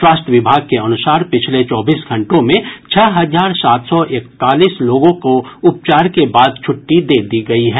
स्वास्थ्य विभाग के अनुसार पिछले चौबीस घंटों में छह हजार सात सौ इकतालीस लोगों को उपचार के बाद छुट्टी दे दी गयी है